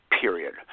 Period